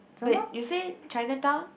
wait you say Chinatown